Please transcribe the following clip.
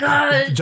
God